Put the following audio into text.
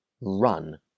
run